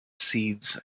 seeds